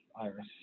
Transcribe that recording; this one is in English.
iris